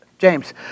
James